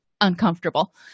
uncomfortable